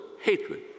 hatred